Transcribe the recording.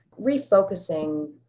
refocusing